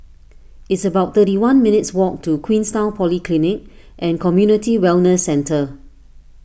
it's about thirty one minutes' walk to Queenstown Polyclinic and Community Wellness Centre